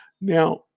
now